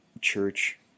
church